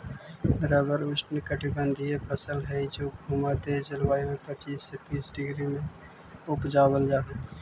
rubber ऊष्णकटिबंधी फसल हई जे भूमध्य जलवायु में पच्चीस से तीस डिग्री में उपजावल जा हई